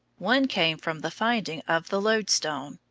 one came from the finding of the loadstone,